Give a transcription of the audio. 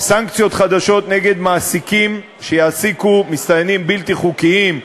סנקציות חדשות נגד מעסיקים שיעסיקו מסתננים בלתי-חוקיים,